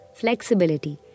flexibility